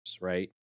right